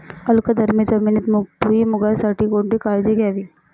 अल्कधर्मी जमिनीत भुईमूगासाठी कोणती काळजी घ्यावी?